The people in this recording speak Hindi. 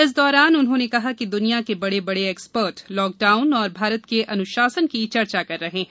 इस दौरान उन्होंने कहा कि दुनिया के बड़े बड़े एक्सपर्ट लॉकडाउन और भारत के अनुशासन की चर्चा कर रहे हैं